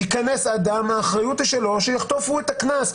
ייכנס אדם, האחריות היא שלו, שיחטוף הוא את הקנס.